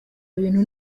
ibintu